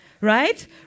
right